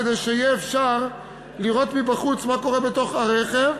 כדי שיהיה אפשר לראות מבחוץ מה קורה בתוך הרכב,